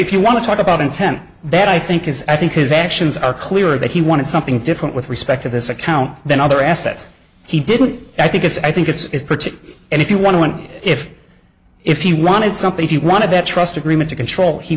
if you want to talk about intent that i think is i think his actions are clear that he wanted something different with respect to this account than other assets he didn't i think it's i think it's pretty and if you want if if he wanted something he wanted that trust agreement to control he